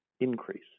increase